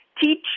teach